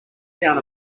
down